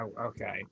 Okay